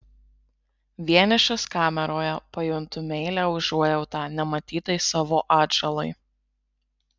vienišas kameroje pajuntu meilią užuojautą nematytai savo atžalai